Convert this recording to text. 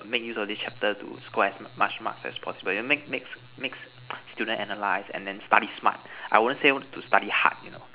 make use of this chapter to score as much marks as possible make makes makes student analyse and then study smart I wouldn't say to study hard you know